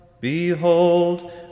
Behold